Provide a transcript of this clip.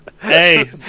hey